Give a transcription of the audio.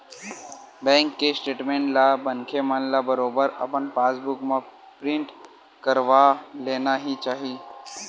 bank के statement ला मनखे मन ल बरोबर अपन पास बुक म प्रिंट करवा लेना ही चाही